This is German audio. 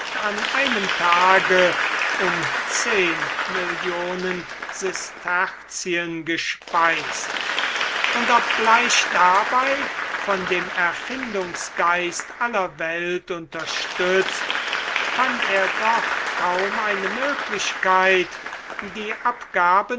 an einem tage um zehn millionen sesterzien gespeist und obgleich dabei von dem erfindungsgeist aller welt unterstützt fand er doch kaum eine möglichkeit die abgaben